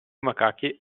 macachi